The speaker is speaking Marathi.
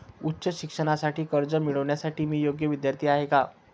उच्च शिक्षणासाठी कर्ज मिळविण्यासाठी मी योग्य विद्यार्थी आहे का?